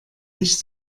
nicht